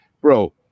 bro